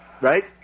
right